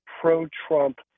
pro-Trump